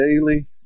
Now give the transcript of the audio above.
daily